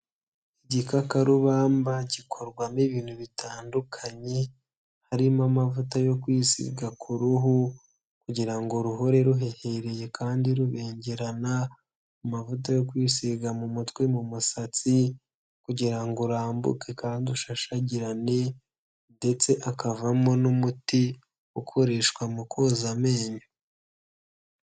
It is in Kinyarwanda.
Igikakarubamba gikorwamo ibintu bitandukanye, harimo amavuta yo kwisiga ku ruhu kugira ngo ruhore ruhehereye kandi rubengerana, amavuta yo kwisiga mu mutwe, mu musatsi kugira ngo urambuke kandi ushashagirane ndetse hakavamo n'umuti ukoreshwa mu koza amenyo.